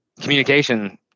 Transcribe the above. communication